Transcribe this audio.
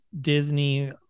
Disney